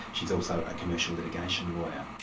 she's also a commercial litigation lawyer.